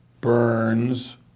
Burns